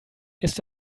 ist